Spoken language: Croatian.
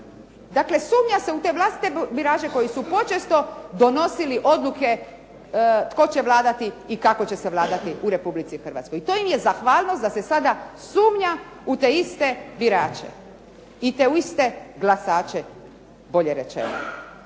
Dakle, sumnja se u te vlastite birače koji su počesto donosili odluke tko će vladati i kako će vladati u Republici Hrvatskoj, i to im je zahvalnost da se sada sumnja u te iste birače i u te iste glasače bolje rečeno.